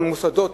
הממוסדות,